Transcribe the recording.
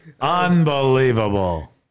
Unbelievable